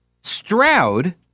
Stroud